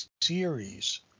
series